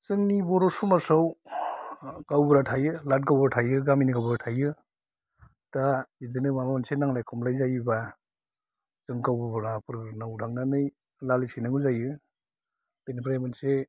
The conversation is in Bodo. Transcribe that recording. जोंनि बर' समाजाव गावबुरा थायो लाथ गावबुरा थायो गामिनि गावबुरा थायो दा बिदिनो माबा मोनसे नांलाय खमलाय जायोबा गावबुरानो नाव दांनानै नालिस हैनाय जायो बेनिफ्राय मोनसे